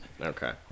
Okay